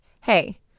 hey